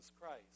Christ